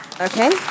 Okay